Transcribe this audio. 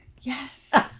Yes